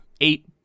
eight